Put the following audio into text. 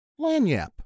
Lanyap